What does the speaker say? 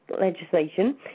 legislation